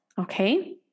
okay